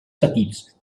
petits